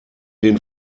den